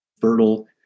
fertile